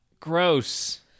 Gross